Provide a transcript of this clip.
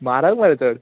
म्हारग मरे चड